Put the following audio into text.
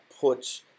puts